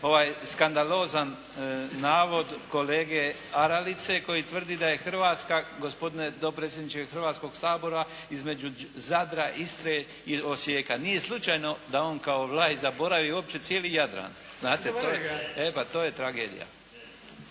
vaš skandalozan navod kolege Aralice koji tvrdi da je Hrvatska, gospodine dopredsjedniče Hrvatskoga sabora, između Zadra, Istre i Osijeka. Nije slučajno da je on kao …/Govornik se ne razumije se./… zaboravio uopće cijeli Jadran. To je tragedija.